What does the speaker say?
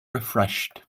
refreshed